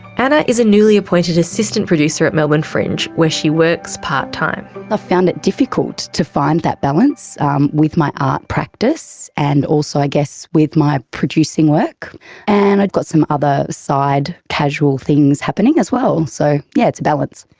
anna is a newly appointed assistant producer at melbourne fringe, where she works part-time. i ah found it difficult to find that balance um with my art practice and also i guess with my producing work and i've got some other side casual things happening as well, so yeah it's a balance.